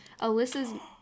Alyssa's